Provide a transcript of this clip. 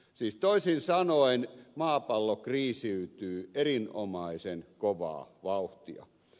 siis toisin sanoen maapallo kriisiytyy erinomaisen kovaa vauhtia